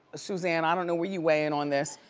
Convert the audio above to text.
suzanne, i don't know where you weigh in on this.